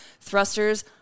thrusters